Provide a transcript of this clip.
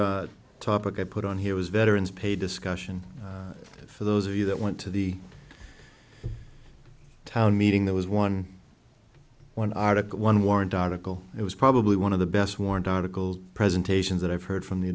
another topic i put on here was veterans pay discussion for those of you that went to the town meeting that was one one article one warrant article it was probably one of the best warrant articles presentations that i've heard from the